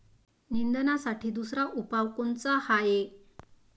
निंदनासाठी दुसरा उपाव कोनचा हाये?